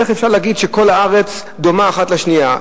איך אפשר להגיד שכל הערים בארץ דומות אחת לשנייה?